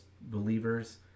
believers